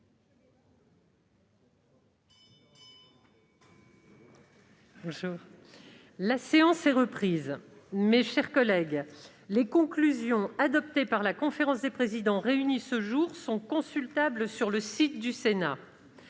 La séance est reprise. Les conclusions adoptées par la conférence des présidents, réunie ce jour, sont consultables sur le site du Sénat.